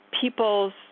people's